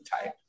type